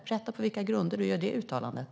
Berätta på vilka grunder du gör det uttalandet.